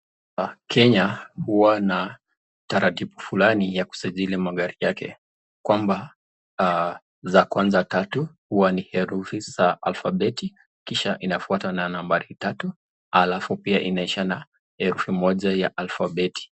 Kenya huwa na taratibu fulani ya kusajili magari yake. Kwamba za kwanza tatu huwa ni herufi za alfabeti, kisha inafuatwa na nambari tatu alafu pia inaisha na herufi moja ya alfabeti.